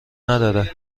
نداره